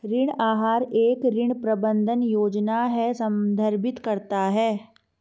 ऋण आहार एक ऋण प्रबंधन योजना को संदर्भित करता है